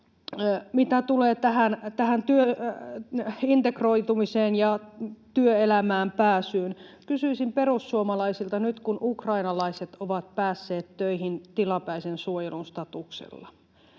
mitä tulee tähän integroitumiseen ja työelämään pääsyyn, kysyisin perussuomalaisilta nyt, kun ukrainalaiset ovat päässeet töihin tilapäisen suojelun statuksella